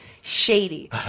shady